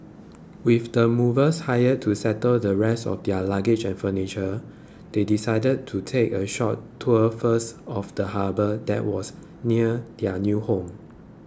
with the movers hired to settle the rest of their luggage and furniture they decided to take a short tour first of the harbour that was near their new home